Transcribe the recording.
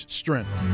strength